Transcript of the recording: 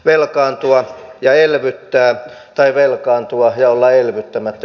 velkaantua ja elvyttää tai velkaantua ja olla elvyttämättä